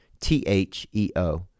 T-H-E-O